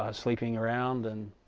ah sleeping around and